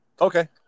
Okay